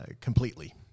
completely